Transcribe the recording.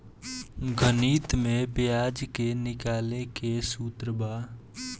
गणित में ब्याज के निकाले के सूत्र बा